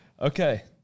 Okay